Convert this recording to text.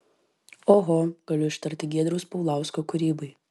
oho galiu ištarti giedriaus paulausko kūrybai